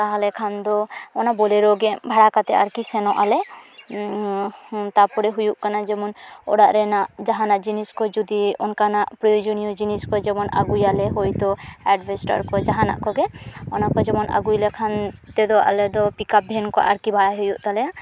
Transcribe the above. ᱛᱟᱦᱞᱮ ᱠᱷᱟᱱᱫᱚ ᱚᱱᱟ ᱵᱳᱞᱮᱨᱳ ᱜᱮ ᱵᱷᱟᱲᱟ ᱠᱟᱛᱮᱫ ᱟᱨᱠᱤ ᱥᱮᱱᱚᱜᱼᱟᱞᱮ ᱛᱟᱯᱚᱨᱮ ᱦᱩᱭᱩᱜ ᱠᱟᱱᱟ ᱡᱮᱢᱚᱱ ᱚᱲᱟᱜ ᱨᱮᱱᱟᱜ ᱡᱟᱦᱟᱱᱟᱜ ᱡᱤᱱᱤᱥᱠᱚ ᱡᱩᱫᱤ ᱚᱱᱠᱟᱱᱟᱜ ᱯᱨᱳᱭᱳᱡᱚᱱᱤᱭᱚ ᱡᱤᱱᱤᱥᱠᱚ ᱡᱮᱢᱚᱱ ᱟᱹᱜᱩᱭᱟᱞᱮ ᱦᱚᱭᱛᱳ ᱮᱰᱵᱮᱥᱴᱟᱨ ᱠᱚ ᱡᱟᱦᱟᱱᱟᱜ ᱜᱮ ᱚᱱᱟᱠᱚ ᱡᱮᱢᱚᱱ ᱟᱹᱜᱩᱭ ᱞᱮᱠᱷᱟᱱ ᱛᱮᱫᱚ ᱟᱞᱮᱫᱚ ᱯᱤᱠᱟᱯ ᱵᱷᱮᱱ ᱠᱚ ᱟᱨᱠᱤ ᱵᱷᱟᱟᱭ ᱦᱩᱭᱩᱜ ᱛᱟᱞᱮᱭᱟ